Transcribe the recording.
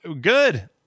good